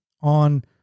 on